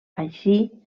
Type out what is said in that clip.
així